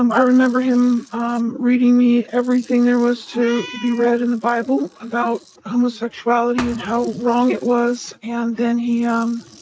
um i remember him um reading me everything there was to be read in the bible about homosexuality and how wrong it was. and then he um